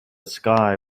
sky